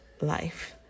life